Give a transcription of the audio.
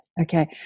Okay